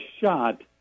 shot